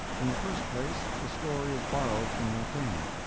in the first place, the story is borrowed from montaigne,